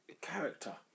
character